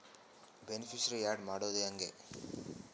Beneficiary, add ಮಾಡೋದು ಹೆಂಗ್ರಿ?